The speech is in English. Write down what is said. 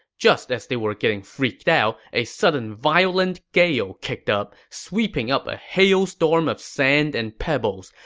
just as they were getting freaked out, a sudden violent gale kicked up, sweeping up a hailstorm of sand and pebbles.